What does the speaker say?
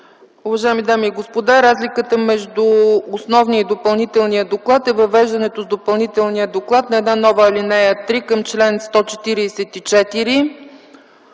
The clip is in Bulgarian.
Уважаеми дами и господа, разликата между основния и допълнителния доклад е въвеждането в допълнителния доклад на една нова ал. 3 към чл. 144.